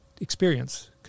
experience